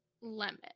Lemon